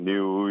New